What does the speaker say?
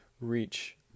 reach